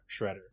shredder